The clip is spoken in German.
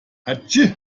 hatschi